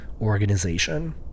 organization